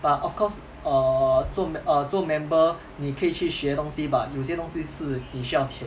but of course err 做 mem~ err 做 member 你可以去学东西 but 有些东西是你需要钱